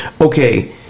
okay